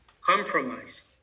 compromise